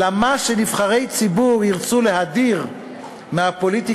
למה ירצו נבחרי ציבור להדיר מהפוליטיקה